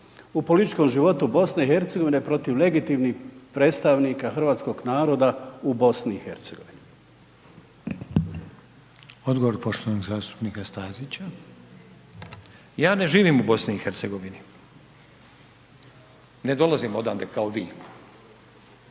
u političkom životu Bosne i Hercegovine protiv legitimnih predstavnika hrvatskog naroda u Bosni i Hercegovini. **Reiner, Željko (HDZ)** Odgovor poštovanog zastupnika Stazića. **Stazić, Nenad (SDP)** Ja ne živim u Bosni i Hercegovini. Ne dolazim odande kao vi.